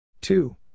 two